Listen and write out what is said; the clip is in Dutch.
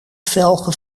velgen